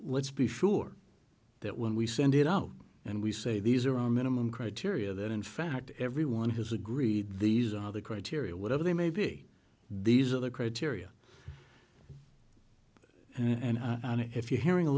let's be sure that when we send it out and we say these are our minimum criteria that in fact everyone has agreed these are the criteria whatever they may be these are the criteria and if you're hearing a